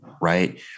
right